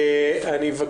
אני פותח את הישיבה.